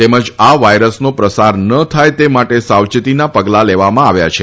તેમજ આ વાયરસનો પ્રસાર ન થાય તે માટે સાવયેતીના પગલા લેવામાં આવ્યા છે